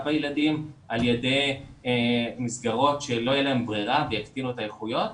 בילדים על ידי מסגרות שלא תהיה להן ברירה ויקטינו את האיכויות.